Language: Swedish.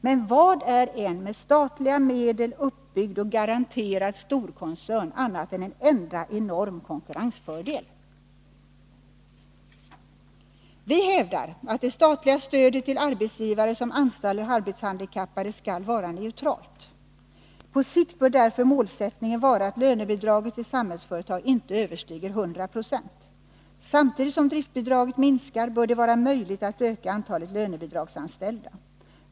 Men vad är en med statliga medel uppbyggd och garanterad storkoncern, annat än en enda enorm konkurrensfördel? Vi hävdar att det statliga stödet till arbetsgivare som anställer arbetshandikappade skall vara neutralt. På sikt bör därför målsättningen vara att lönebidraget till Samhällsföretag inte överstiger 100 96. Samtidigt som driftbidraget minskar, bör det vara möjligt att öka antalet lönebidragsanställda.